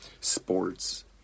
sports